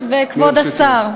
כבוד היושב-ראש וכבוד השר,